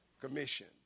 commission